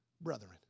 brethren